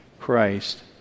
Christ